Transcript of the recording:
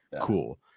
Cool